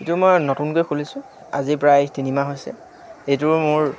এইটো মই নতুনকৈ খুলিছোঁ আজি প্ৰায় তিনিমাহ হৈছে এইটো মোৰ